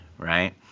right